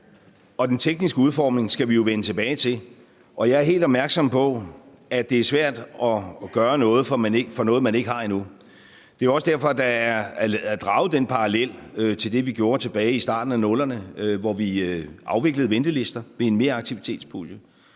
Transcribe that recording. den tekniske udformning skal vi jo vende tilbage til. Jeg er helt opmærksom på, at det er svært at gøre noget for nogle midler, man ikke har endnu. Det er også derfor, at der er blevet draget en parallel til det, vi gjorde tilbage i starten af 00'erne, hvor vi afviklede ventelister. Det er en meraktivitetspulje.